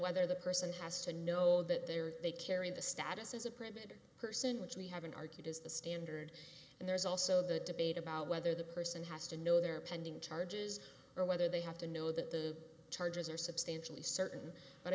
whether the person has to know that they're they carry the status as a primitive person which we haven't argued is the standard and there's also the debate about whether the person has to know their pending charges or whether they have to know that the charges are substantially certain but i